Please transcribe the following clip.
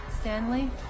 Stanley